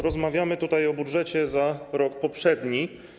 Rozmawiamy tutaj o budżecie za rok poprzedni.